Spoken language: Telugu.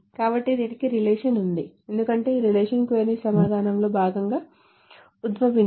కాబట్టి దీనికి రిలేషన్ ఉంది ఎందుకంటే ఈ రిలేషన్ క్వరీ సమాధానంలో భాగంగా ఉద్భవించింది